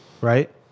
right